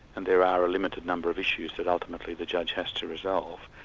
and there are a limited number of issues that ultimately the judge has to resolve.